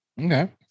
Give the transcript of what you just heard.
Okay